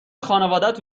خانوادت